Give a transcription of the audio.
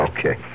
Okay